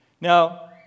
Now